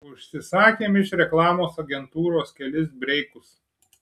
užsisakėm iš reklamos agentūros kelis breikus